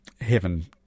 heaven